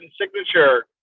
signature